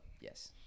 yes